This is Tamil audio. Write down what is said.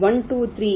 1 2 3